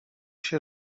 się